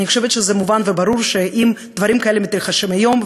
אני חושבת שזה מובן וברור שאם דברים כאלה מתרחשים היום,